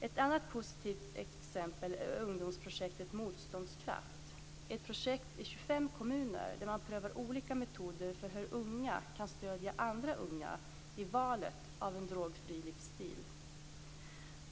Ett annat positivt exempel är ungdomsprojektet Motståndskraft, ett projekt i 25 kommuner där man prövar olika metoder för hur unga kan stödja andra unga i valet av en drogfri livsstil.